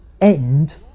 end